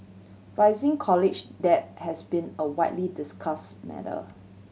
rising college debt has been a widely discuss matter